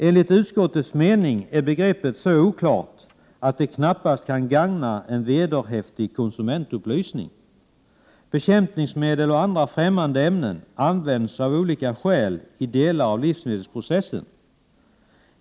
Enligt utskottets mening är begreppet så oklart att det knappast kan gagna en vederhäftig konsumentupplysning. Bekämpningsmedel och andra främmande ämnen används av olika skäl i delar av livsmedelsprocessen.